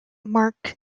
mark